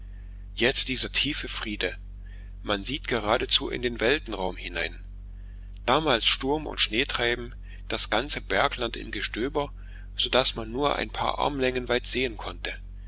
jetzt dieser tiefe friede man sieht geradezu in den weltenraum hinein damals sturm und schneetreiben das ganze bergland im gestöber so daß man nur ein paar armlängen weit sehen konnte